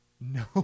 No